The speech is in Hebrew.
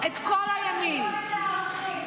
-- עד שפרצה המלחמה,